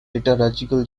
liturgical